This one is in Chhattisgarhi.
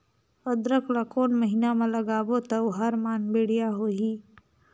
अदरक ला कोन महीना मा लगाबो ता ओहार मान बेडिया होही?